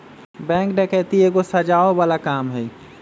bank डकैती एगो सजाओ बला काम हई